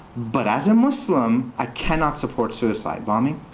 but as a muslim, i cannot support suicide bombing.